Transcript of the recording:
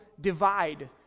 divide